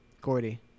Gordy